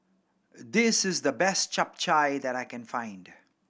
this is the best Chap Chai that I can find